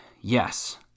yes